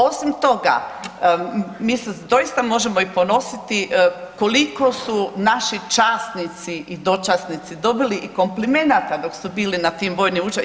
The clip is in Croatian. Osim toga, mi se doista možemo i ponositi koliko su naši časnici i dočasnici dobili i komplimenata dok su bili na tim vojnim učilištima.